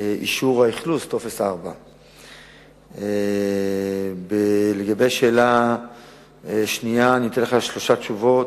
אישור האכלוס, טופס 4. 2. אני אתן לך שלוש תשובות: